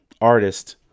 artist